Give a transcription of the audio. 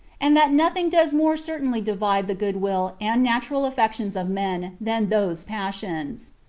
and that nothing does more certainly divide the good-will and natural affections of men than those passions.